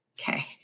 Okay